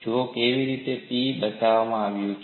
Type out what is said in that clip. જુઓ કેવી રીતે P બતાવવામાં આવ્યું છે